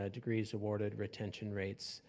ah degrees awarded, retention rates,